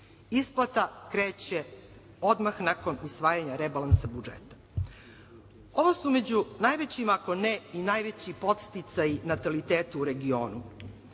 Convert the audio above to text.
Isplata kreće odmah nakon usvajanja rebalansa budžeta. Ovo su među najvećim, ako ne i najveći podsticaji nataliteta u regionu.